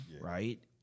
right